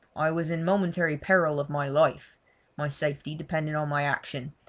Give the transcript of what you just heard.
i was in momentary peril of my life my safety depended on my action,